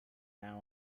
now